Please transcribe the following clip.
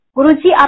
Guruji